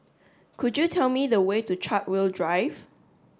could you tell me the way to Chartwell Drive